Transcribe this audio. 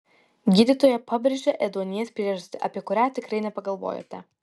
gydytoja pabrėžė ėduonies priežastį apie kurią tikrai nepagalvojote